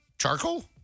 charcoal